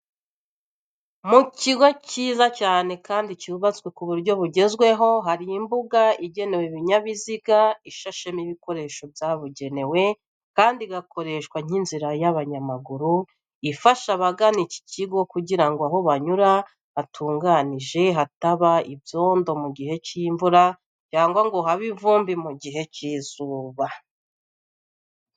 Mu kigo kiza cyane kandi cyubatswe ku buryo bugezweho, hari imbuga igenewe ibinyabiziga, ishashemo ibikoresho byabugenewe kandi igakoreshwa nk'inzira y'abanyamaguru ifasha abagana iki kigo kugira aho banyura hatungajije hataba ibyondo mu gihe cy'imvura cyangwa ngo habe ivumbi mu gihe cy'izuba.